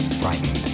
frightened